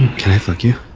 can i f like you?